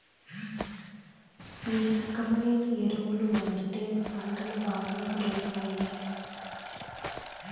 ఏ రకమైన ఎరువులు వాడితే పంటలు బాగా పెరుగుతాయి?